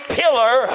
pillar